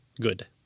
good